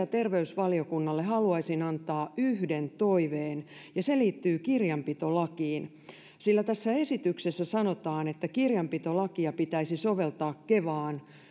ja terveysvaliokunnalle haluaisin antaa yhden toiveen ja se liittyy kirjanpitolakiin sillä tässä esityksessä sanotaan että kirjanpitolakia pitäisi soveltaa kevaan